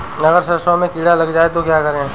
अगर सरसों में कीड़ा लग जाए तो क्या करें?